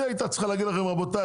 היא הייתה צריכה להגיד לכם: "רבותיי,